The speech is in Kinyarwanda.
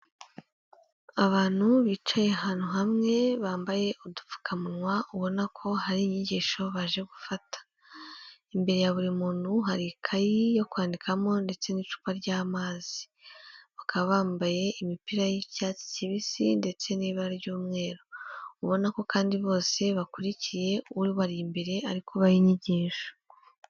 Abantu bicaye ahantu hamwe bambaye udupfukamunwa ubona ko hari inyigisho baje gufata, imbere ya buri muntu hari ikayi yo kwandikamo ndetse n'icupa ry'amazi, bakaba bambaye imipira yicyatsi kibisi ndetse n'ibara ry'umweru, ubona ko kandi bose bakurikiye uri bari imbere ari kuba inyigisho.